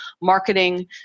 marketing